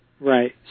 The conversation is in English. Right